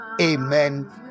amen